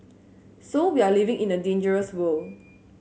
so we are living in a dangerous world